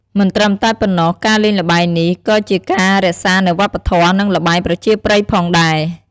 មិនត្រឹមតែប៉ុណ្ណោះការលេងល្បែងនេះ ក៏ជាការរក្សានៅវប្បធម៍ និងល្បែងប្រជាប្រិយផងដែរ។